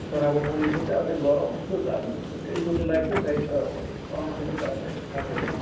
तर अब मैले सोचे अब चाहिँ गरम थियो निकै घाम जोडले लागेको थिय त कुनै कारणले फाट्यो होला